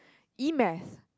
E math